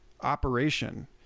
operation